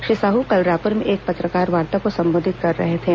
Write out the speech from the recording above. श्री साहू कल रायपुर में एक पत्रकारवार्ता को संबोधित कर रहे थे